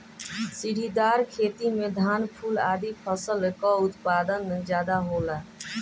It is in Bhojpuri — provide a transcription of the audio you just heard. सीढ़ीदार खेती में धान, फूल आदि फसल कअ उत्पादन ज्यादा होला